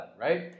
right